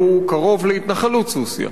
סוסיא, הוא קרוב להתנחלות סוסיא